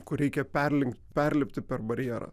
kur reikia perlinkt perlipti per barjerą